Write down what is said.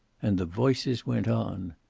and the voices went on.